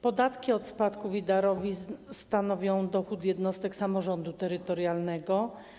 Podatki od spadków i darowizn stanowią dochód jednostek samorządu terytorialnego.